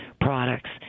products